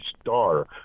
star